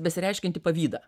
besireiškiantį pavydą